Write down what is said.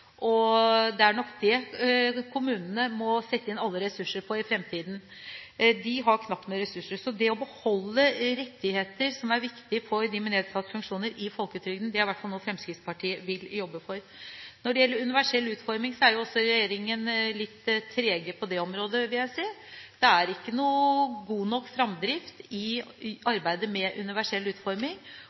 Det er nok det kommunene må sette inn alle ressurser på i fremtiden. De har knapt med ressurser. Det å beholde rettigheter som er viktige for dem med nedsatte funksjoner, i folketrygden, vil i hvert fall Fremskrittspartiet jobbe for. Når det gjelder universell utforming, er regjeringen også litt treg på det området, vil jeg si. Det er ikke god nok fremdrift i arbeidet med universell utforming.